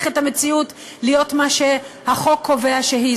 את המציאות להיות מה שהחוק קובע שהיא,